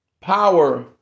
Power